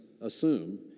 assume